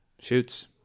Shoots